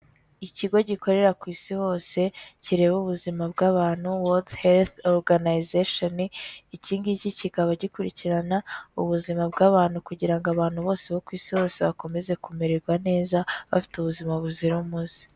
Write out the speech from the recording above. Ikigo gikorera ku isi hose kireba ubuzima bw'abantu, World Health Organization, iki ngiki kikaba gikurikirana ubuzima bw'abantu, kugira ngo abantu bose bo ku isi hose bakomeze kumererwa neza, bafite ubuzima buzira umuze.